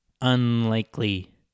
Unlikely